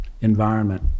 environment